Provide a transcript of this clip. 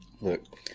Look